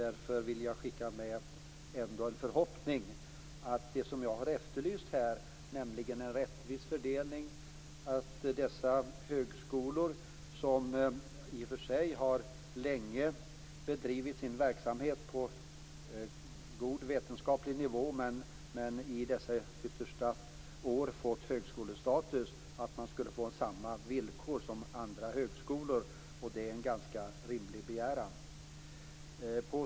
Därför vill jag skicka med en förhoppning om det som jag här har efterlyst, nämligen en rättvis fördelning - dvs. att dessa högskolor, som i och för sig länge har bedrivit sin verksamhet på god vetenskaplig nivå och som i dessa yttersta år så att säga fått högskolestatus, skall få samma villkor som andra högskolor. Detta är en ganska rimlig begäran.